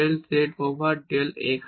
del z over del x